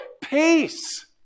peace